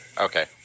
Okay